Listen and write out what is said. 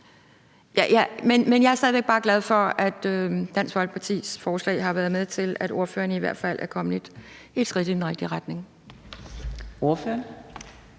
Men jeg er stadig væk bare glad for, at Dansk Folkepartis forslag har været med til, at ordførererne i hvert fald er kommet ét skridt i den rigtige retning.